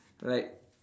like